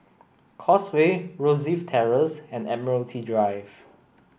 Causeway Rosyth Terrace and Admiralty Drive